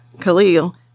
Khalil